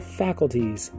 faculties